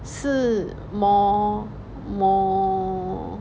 是 more more